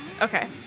Okay